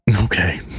Okay